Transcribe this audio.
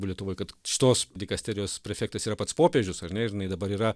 lietuvoj kad šitos dikasterijos prefektas yra pats popiežius ar ne ir jinai dabar yra